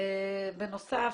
בנוסף,